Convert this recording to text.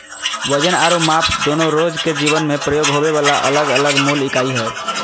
वजन आरो माप दोनो रोज के जीवन मे प्रयोग होबे वला अलग अलग मूल इकाई हय